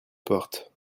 porte